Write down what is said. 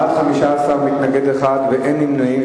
בעד, 15, מתנגד אחד ואין נמנעים.